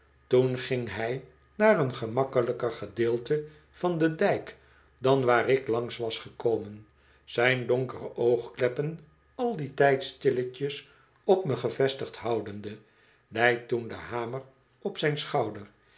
toen ging hij naar een gemakkelijker gedeelte van den dijk dan waar ik langs was gekomen zijn donkere oogkleppen al dien tijd stilletjes op me gevestigd houdende lei toen den hamer op zijn schouder